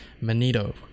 Manito